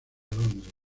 londres